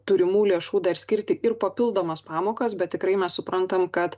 turimų lėšų dar skirti ir papildomas pamokas bet tikrai mes suprantam kad